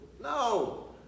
No